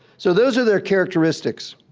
so those are their characteristics.